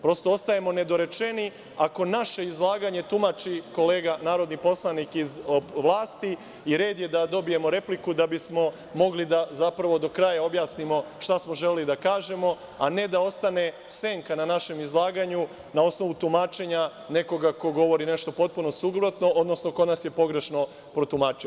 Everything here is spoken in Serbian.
Prosto, ostajemo nedorečeni ako naše izlaganje tumači kolega narodni poslanik iz vlasti i red je da dobijemo repliku da bismo mogli do kraja da objasnimo šta smo želeli da kažemo, a ne da ostane senka na našem izlaganju, na osnovu tumačenja nekoga ko govori nešto potpuno suprotno, odnosno ko nas je pogrešno protumačio.